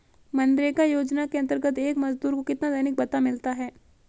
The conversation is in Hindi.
मनरेगा योजना के अंतर्गत एक मजदूर को कितना दैनिक भत्ता मिलता है?